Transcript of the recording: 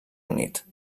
unit